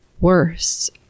worse